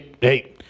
Hey